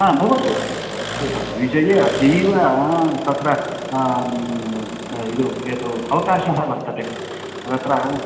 हा भवतु तत् तद्विषये अतीव तत्र इदु एतत् अवकाशः वर्तते तत्र